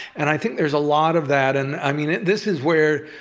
and i think there's a lot of that. and i mean, this is where